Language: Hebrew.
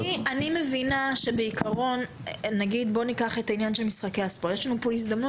בוא ניקח את העניין של משחקי --- יש לנו פה הזדמנות,